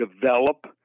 develop